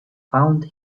found